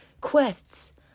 quests